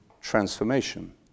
transformation